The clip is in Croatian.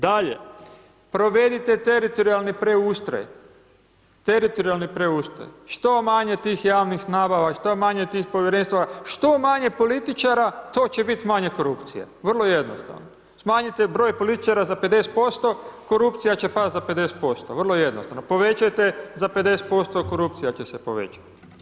Dalje, provedite teritorijalni preustroj, što manje tih javnih nabava, što manje tih povjerenstava, što manje političara, to će biti manje korupcije, vrlo jednostavno, smanjite broj političara za 50%, korupcija će pasti za 50%, vrlo jednostavno, povećajte za 50%, korupcija će se povećat.